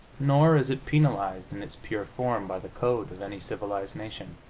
nor is it penalized, in its pure form, by the code of any civilized nation.